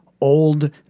old